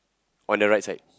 on the right side